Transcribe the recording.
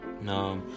No